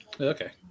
Okay